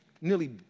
nearly